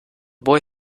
boy